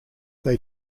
they